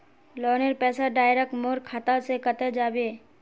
लोनेर पैसा डायरक मोर खाता से कते जाबे?